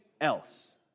else